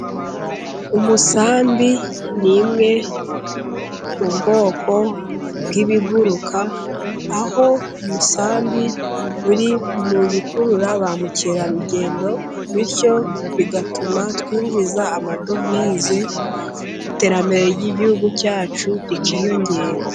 Umusambi ni imwe mu bwoko bwibiguruka, aho umusambi uri mu bikurura ba mukerarugendo bityo bigatuma twinjiza amadovize, iterambere ry'igihugu cyacu rikiyongera.